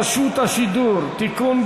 נספחות.] הצעת חוק רשות השידור (תיקון,